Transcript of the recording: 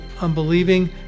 unbelieving